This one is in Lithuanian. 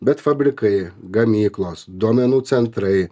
bet fabrikai gamyklos duomenų centrai